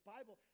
Bible